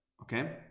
Okay